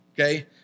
okay